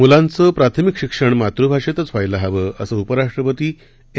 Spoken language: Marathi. मुलांचं प्राथमिक शिक्षण मातुभाषेतच व्हायला हवं असं उपराष्ट्रपती एम